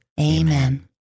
Amen